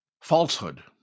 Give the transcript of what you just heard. Falsehood